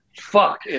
Fuck